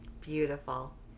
Beautiful